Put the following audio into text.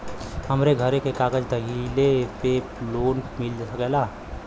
हमरे घरे के कागज दहिले पे लोन मिल सकेला?